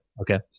Okay